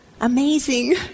Amazing